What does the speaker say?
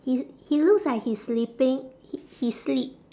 he's he looks like he's slipping h~ he slip